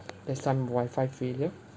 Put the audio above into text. there's some wifi failure